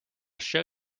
show